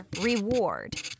reward